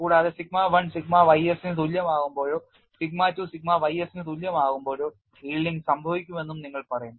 കൂടാതെ sigma 1 sigma ys ന് തുല്യമാകുമ്പോഴോ സിഗ്മ 2 സിഗ്മ ys ന് തുല്യമാകുമ്പോഴോ yielding സംഭവിക്കുമെന്നും നിങ്ങൾ പറയും